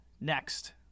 next